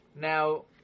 Now